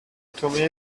tomé